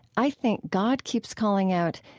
i think god keeps calling out,